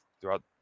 throughout –